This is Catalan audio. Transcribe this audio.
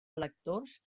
electors